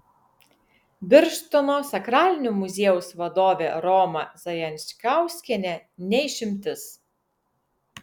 birštono sakralinio muziejaus vadovė roma zajančkauskienė ne išimtis